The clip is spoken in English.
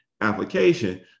application